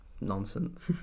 nonsense